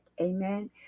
Amen